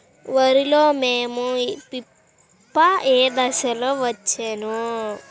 వరిలో మోము పిప్పి ఏ దశలో వచ్చును?